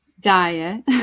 diet